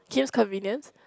Kim's Convenience